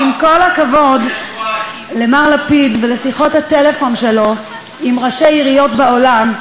אז עם כל הכבוד למר לפיד ולשיחות הטלפון שלו עם ראשי עיריות בעולם,